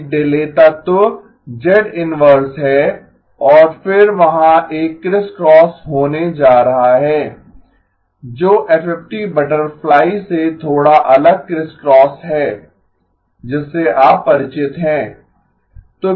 एक डिले तत्व z inverse है और फिर वहाँ एक क्रिस्क्रॉस होने जा रहा है जो एफएफटी बटरफ्लाई से थोड़ा अलग क्रिस्क्रॉस है जिससे आप परिचित हैं